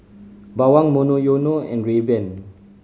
Bawang Monoyono and Rayban